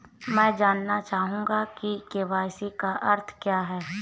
मैं जानना चाहूंगा कि के.वाई.सी का अर्थ क्या है?